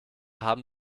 haben